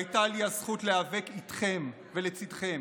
הייתה לי הזכות להיאבק איתכם ולצידכם.